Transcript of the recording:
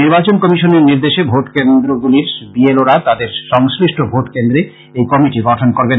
নির্বাচন কমিশনের নির্দেশে ভোট কেন্দ্র গুলির বি এল ও রা তাদের সংশ্লিষ্ট ভোট কেন্দ্রে এই কমিটি গঠন করবেন